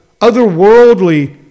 otherworldly